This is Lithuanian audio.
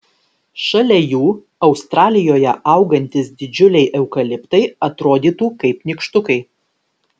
šalia jų australijoje augantys didžiuliai eukaliptai atrodytų kaip nykštukai